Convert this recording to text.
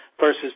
versus